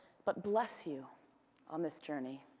but bless you on this journey.